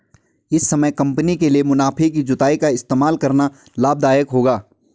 इस समय कंपनी के लिए मुनाफे की जुताई का इस्तेमाल करना लाभ दायक होगा